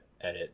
edit